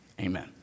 Amen